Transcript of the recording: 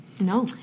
No